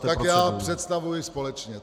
Tak já představuji společně.